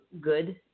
good